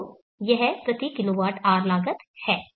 तो यह प्रति kWH लागत है